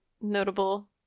notable